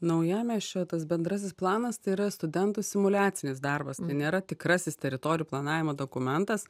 naujamiesčio tas bendrasis planas tai yra studentų simuliacinis darbas tai nėra tikrasis teritorijų planavimo dokumentas